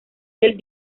del